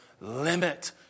limit